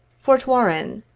fort warren,